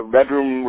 bedroom